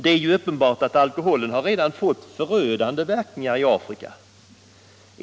Det är uppenbart att alkoholen redan har fått förödande verkningar i Afrika.